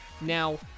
Now